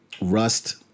rust